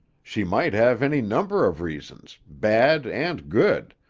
she might have any number of reasons, bad and good,